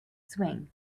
swing